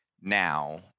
now